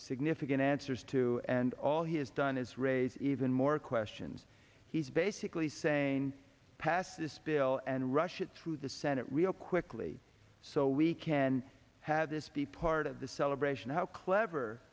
significant answers to and all he has done is raise even more questions he's basically saying pass this bill and rush it through the senate real quickly so we can have this be part of the celebration how clever